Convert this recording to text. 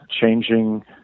changing